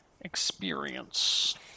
experience